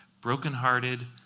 Brokenhearted